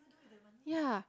yeah